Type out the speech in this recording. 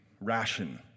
ration